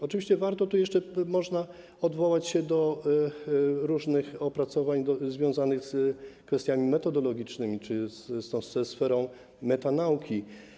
Oczywiście warto tu jeszcze odwołać się do różnych opracowań związanych z kwestiami metodologicznymi czy ze sferą metanauki.